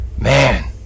man